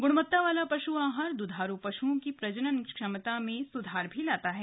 गुणवत्ता वाला पशु आहार दुधारू पशुओं की प्रजन्न क्षमता में सुधार भी लाता है